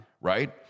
right